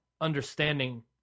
understanding